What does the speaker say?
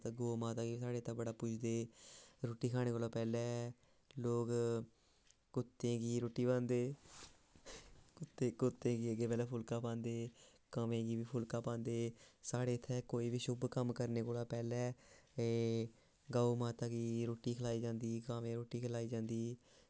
गौ माता गी साढ़े इत्थै बड़ा पूजदे रुट्टी खाने कोला पैह्लें लोग कुत्ते गी रुट्टी पांदे कुत्ते कुत्ते गी पैह्लें फुलका पांदे गवें गी बी फुलका पांदे साढ़े इत्थें कोई बी शुभ कम्म करने कोला पैह्लें एह् गऊ माता गी रुट्टी खलाई जंदी कामें रुट्टी खलाई जंदी